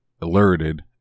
alerted